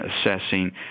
assessing